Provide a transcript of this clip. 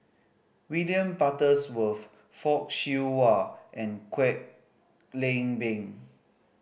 William Butterworth Fock Siew Wah and Kwek Leng Beng